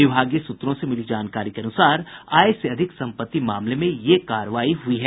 विभागीय सूत्रों से मिली जानकारी के अनुसार आय से अधिक संपत्ति मामले में ये कार्रवाई हुई है